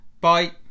Bye